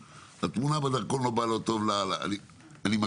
התמונה בדרכון לא באה טוב אני מקצין,